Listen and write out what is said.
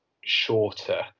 shorter